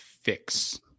fix